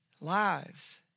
lives